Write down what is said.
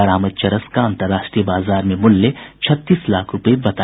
बरामद चरस का अंतर्राष्ट्रीय बाजार में मूल्य छत्तीस लाख रूपये बताया जाता है